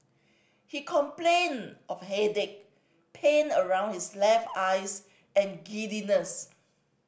he complained of headache pain around his left eyes and giddiness